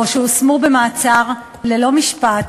או שהושמו במעצר ללא משפט,